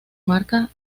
marca